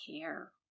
care